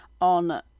on